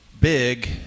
big